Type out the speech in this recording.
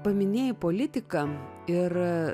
paminėjai politiką ir